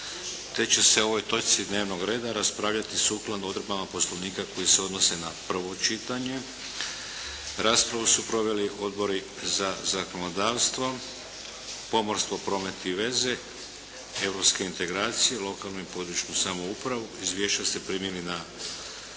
te će se o ovoj točci dnevnog reda raspravljati sukladno odredbama Poslovnika koji se odnose na prvo čitanje. Raspravu su proveli Odbori za zakonodavstvo, pomorstvo, promet i veze, Europske integracije, lokalnu i područnu samoupravu. Izvješća ste primili na